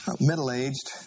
middle-aged